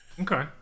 Okay